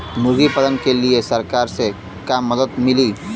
मुर्गी पालन के लीए सरकार से का मदद मिली?